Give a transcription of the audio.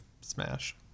Smash